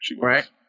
Right